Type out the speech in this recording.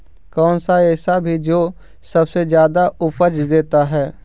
कौन सा ऐसा भी जो सबसे ज्यादा उपज देता है?